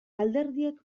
alderdiek